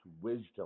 wisdom